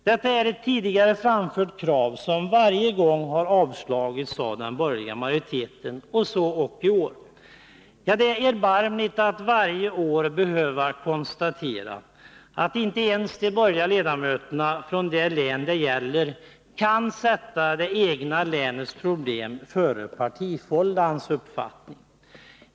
Detta är ett tidigare framfört krav som varje gång har avslagits av den borgerliga majoriteten, och även i år har man avstyrkt det. Det är erbarmligt att varje år behöva konstatera, att inte ens de borgerliga ledamöterna från det län det gäller kan sätta det egna länets problem före partifållans uppfattning.